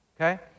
okay